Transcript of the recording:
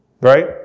right